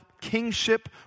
kingship